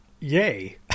yay